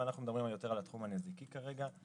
ואנחנו מדברים יותר על התחום הנזיקי כרגע,